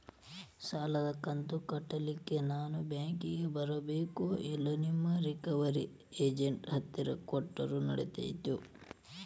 ಸಾಲದು ಕಂತ ಕಟ್ಟಲಿಕ್ಕೆ ನಾನ ಬ್ಯಾಂಕಿಗೆ ಬರಬೇಕೋ, ಇಲ್ಲ ನಿಮ್ಮ ರಿಕವರಿ ಏಜೆಂಟ್ ಹತ್ತಿರ ಕೊಟ್ಟರು ನಡಿತೆತೋ?